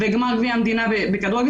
וגמר גביע המדינה בכדורגל,